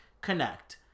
connect